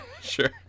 sure